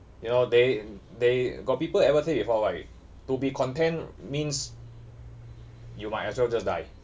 you know they they got people ever say before right to be content means you might as well just die